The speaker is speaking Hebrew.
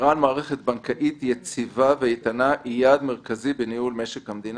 שמירה על מערכת בנקאית יציבה ואיתנה היא יעד מרכזי בניהול משק המדינה,